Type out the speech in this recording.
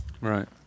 Right